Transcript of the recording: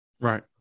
right